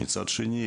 מצד שני,